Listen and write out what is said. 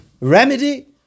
remedy